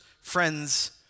friends